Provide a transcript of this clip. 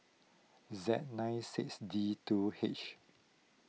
Z nine six D two H